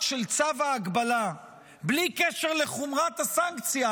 של צו ההגבלה בלי קשר לחומרת הסנקציה.